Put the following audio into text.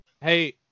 Hey